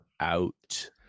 out